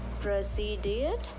proceeded